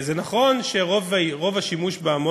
לא, אני אענה כאילו באמת שאלת שאלה.